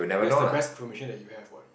that's the best information that you have what